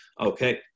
Okay